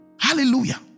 Hallelujah